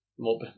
More